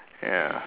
ya